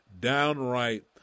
Downright